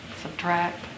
subtract